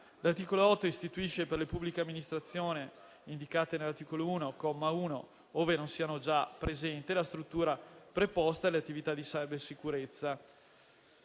L'articolo 8 istituisce, per le pubbliche amministrazioni indicate nell'articolo 1, comma 1, ove non sia già presente, la struttura preposta alle attività di cybersicurezza,